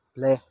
play